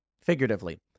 figuratively